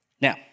Now